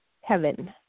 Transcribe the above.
heaven